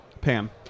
Pam